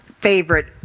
favorite